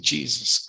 Jesus